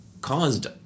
caused